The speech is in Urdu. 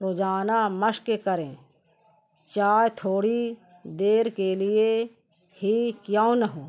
روزانہ مشق کریں چائے تھوڑی دیر کے لیے ہی کیوں نہ ہو